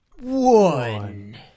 one